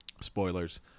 spoilers